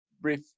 brief